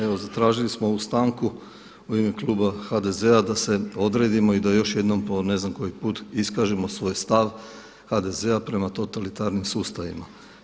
Evo zatražili smo ovu stanku u ime kluba HDZ-a da se odredimo i da još jednom po ne znam koji put iskažemo svoj stav, HDZ-a prema totalitarnim sustavima.